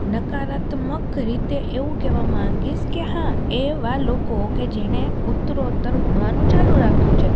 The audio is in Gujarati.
નકારાત્મક રીતે એવું કહેવા માંગીશ કે એવા લોકો કે જેણે ઉત્તરોત્તર ભણવાનું ચાલું રાખ્યું છે